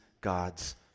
God's